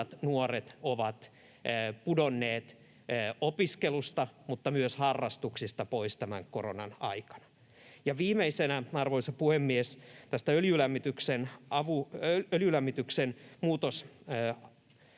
nuoret ovat pudonneet opiskelusta mutta myös harrastuksista pois koronan aikana. Viimeisenä, arvoisa puhemies, tästä öljylämmityksen